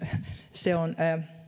se on